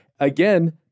Again